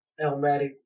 Elmatic